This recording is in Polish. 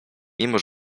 mimo